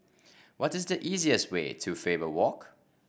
what is the easiest way to Faber Walk